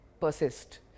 persist